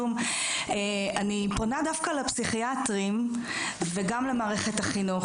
אני פונה דווקא לפסיכיאטרים וגם למערכת החינוך,